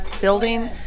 building